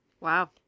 Wow